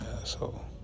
asshole